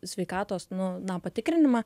sveikatos nu na patikrinimą